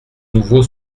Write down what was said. nouveau